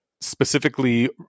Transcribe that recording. specifically